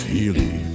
Healy